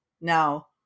now